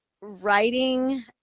writing